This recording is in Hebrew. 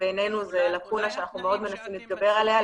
בעינינו זו לאקונה שאנחנו מאוד מנסים להתגבר עליה,